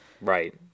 Right